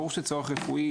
ברור שצורך רפואי,